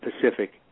Pacific